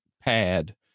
pad